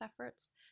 efforts